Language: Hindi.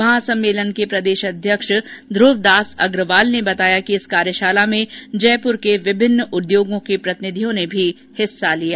महासम्मेलन के प्रदेश अध्यक्ष ध्रवदास अग्रवाल ने बताया कि इस कार्यशाला में जयपुर के विभिन्न उद्योगो के प्रतिनिधियों ने भी हिस्सा लिया